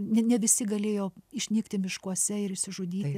ne ne visi galėjo išnykti miškuose ir išsižudyti